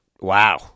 Wow